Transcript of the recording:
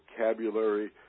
vocabulary